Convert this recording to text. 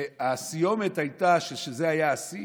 הסיומת הייתה, כשזה היה השיא,